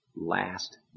last